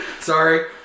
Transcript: Sorry